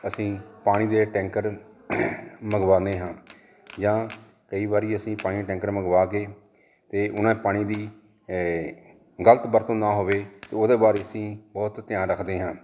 ਅਸੀਂ ਪਾਣੀ ਦੇ ਟੈਂਕਰ ਮੰਗਵਾਦੇ ਹਾਂ ਜਾਂ ਕਈ ਵਾਰੀ ਅਸੀਂ ਪਾਣੀ ਟੈਂਕਰ ਮੰਗਵਾ ਕੇ ਤੇ ਉਹਨਾਂ ਪਾਣੀ ਦੀ ਗਲਤ ਵਰਤੋਂ ਨਾ ਹੋਵੇ ਉਹਦੇ ਬਾਰੇ ਅਸੀਂ ਬਹੁਤ ਧਿਆਨ ਰੱਖਦੇ ਹਾਂ